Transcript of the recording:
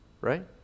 Right